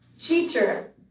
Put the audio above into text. Teacher